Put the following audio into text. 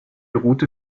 route